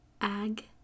Ag